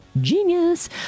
Genius